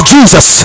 Jesus